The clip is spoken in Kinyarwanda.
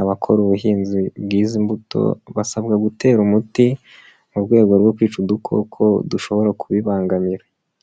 abakora ubuhinzi bw'izi mbuto, basabwa gutera umuti mu rwego rwo kwica udukoko dushobora kubibangamira.